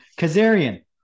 Kazarian